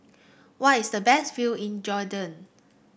what is the best view in Jordan